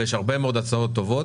ויש הרבה מאוד הצעות טובות,